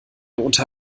unter